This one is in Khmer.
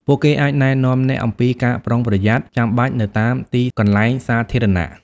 ពួកគេអាចណែនាំអ្នកអំពី ការប្រុងប្រយ័ត្ន ចាំបាច់នៅតាមទីកន្លែងសាធារណៈ។